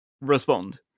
respond